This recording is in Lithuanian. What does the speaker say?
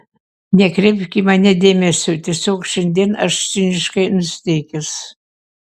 nekreipk į mane dėmesio tiesiog šiandien aš ciniškai nusiteikęs